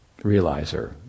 realizer